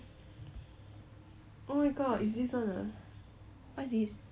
what's this